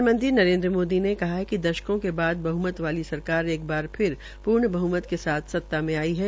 प्रधानमंत्री नरेन्द्र मोदी ने कहा है कि दशकों के बाद बह्मत वाली सरकार एक वार फिर पूर्ण बह्मत के साथ सत्ता में आई है